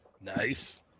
Nice